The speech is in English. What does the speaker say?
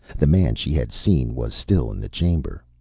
the man she had seen was still in the chamber.